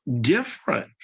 different